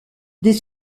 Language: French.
des